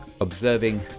observing